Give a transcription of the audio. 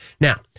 Now